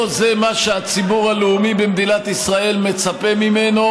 לא זה מה שהציבור הלאומי במדינת ישראל מצפה לו,